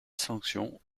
sanction